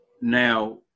now